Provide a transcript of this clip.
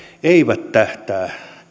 eivät tähtää